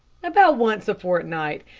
about once a fortnight,